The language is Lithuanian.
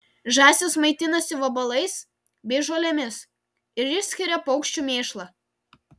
žąsys maitinasi vabalais bei žolėmis ir išskiria paukščių mėšlą